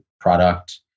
product